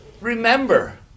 Remember